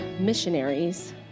missionaries